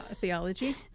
theology